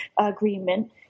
agreement